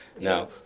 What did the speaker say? Now